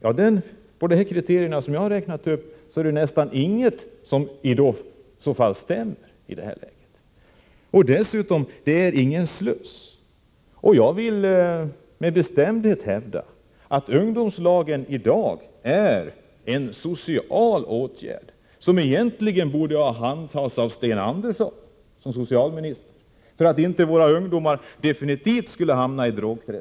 Av de kriterier som jag har räknat upp är det i så fall nästan inget som stämmer i detta läge. Det är dessutom ingen sluss till annat arbete. Jag vill med bestämdhet hävda att ungdomslagen i dag är en social åtgärd, som egentligen borde handhas av socialminister Sten Andersson, för att våra ungdomar inte definitivt skall hamna i drogträsket.